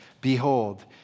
Behold